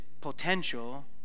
potential